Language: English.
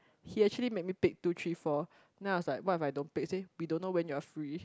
he actually make me pick two three four now I was like what if I don't pick he say we don't know when you are free